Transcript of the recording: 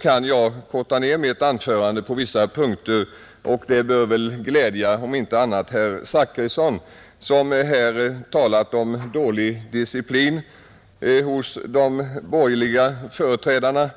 kan jag korta ner mitt anförande på vissa punkter. Det bör väl om inte annat glädja herr Zachrisson, som här talat om dålig diciplin hos de borgerliga partiernas företrädare.